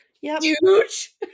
Huge